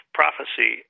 prophecy